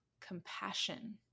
compassion